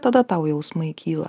tada tau jausmai kyla